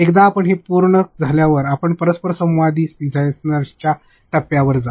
एकदा आपण हे पूर्ण झाल्यावर आपण परस्परसंवादी डिझाइनच्या टप्प्यावर जा